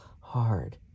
hard